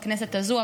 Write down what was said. בכנסת הזו.